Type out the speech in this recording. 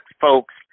folks